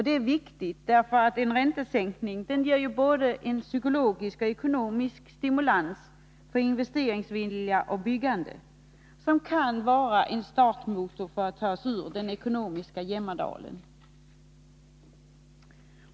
Det är viktigt, därför att en räntesänkning ger både en psykologisk och en ekonomisk stimulans för investeringsviljan och byggandet som kan vara en startmotor för att ta oss ur den ekonomiska jämmerdalen.